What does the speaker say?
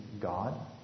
God